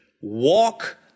walk